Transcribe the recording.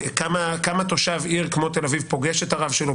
כמה תושב עיר כמו תל אביב פוגש את הרב שלו,